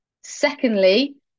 Secondly